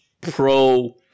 pro